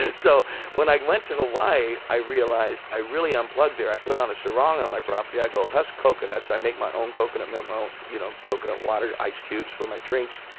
and so when i went to hawaii, i realized i really unplug there. i put on a sarong on my property, i go husk coconuts, i make my own coconut milk, my own you know coconut water, ice cubes for my drinks.